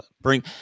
bring